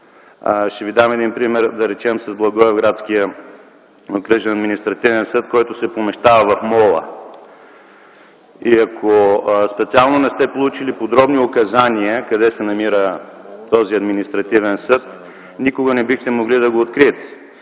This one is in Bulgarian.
Ще ви дам един пример, да речем, с Благоевградския окръжен административен съд, който се помещава в МОЛ-а. Ако специално не сте получили подробни указания къде се намира този административен съд, никога не бихте могли да го откриете.